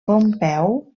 pompeu